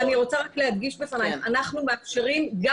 אני רוצה להדגיש בפניך שאנחנו מאפשרים גם